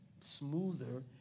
smoother